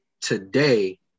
today